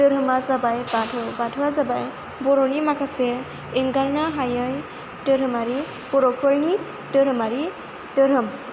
धोरोमा जाबाय बाथौ बाथौआ जाबाय बर'नि माखासे एंगारनो हायै बर'फोरनि धोरोमारि धोरोम